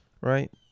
right